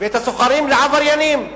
ואת הסוחרים לעבריינים.